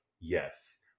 yes